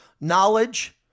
knowledge